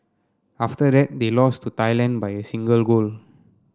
after that they lost to Thailand by a single goal